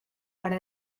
para